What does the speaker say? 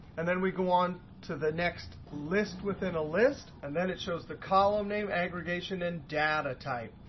and then we go on to the next list within a list, and then it shows the column name, aggregation, and data type.